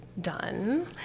done